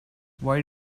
why